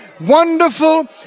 wonderful